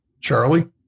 Charlie